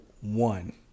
one